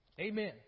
Amen